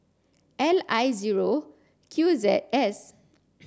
L I zero Q Z S